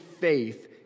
faith